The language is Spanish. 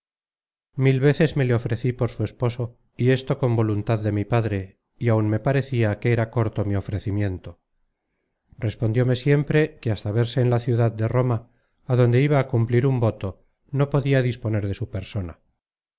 mil veces me le ofrecí por su esposo y esto con voluntad de mi padre y aun me parecia que era corto mi ofrecimiento respondióme siempre que hasta verse en la ciudad de roma adonde iba á cumplir un voto no podia disponer de su persona